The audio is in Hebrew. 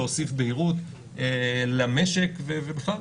להוסיף בריאות למשק ובכלל.